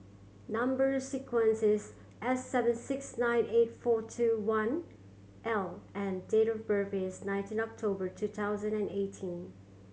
number sequence is S seven six nine eight four two one I and date of birth is nineteen October two thousand and eighteen